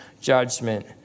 judgment